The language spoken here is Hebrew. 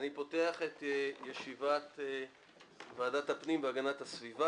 אני פותח את ישיבת ועדת הפנים והגנת הסביבה